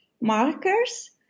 markers